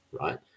right